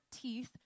teeth